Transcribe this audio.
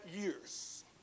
years